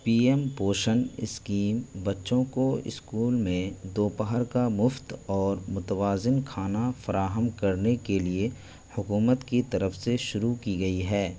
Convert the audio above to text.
پی M Poshan scheme بچوں کو school میں دوپہر کا مفت اور متوازن کھانا فراہم کرنے کے لیے حکومت کی طرف سے شروع کی گئی ہے